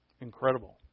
Incredible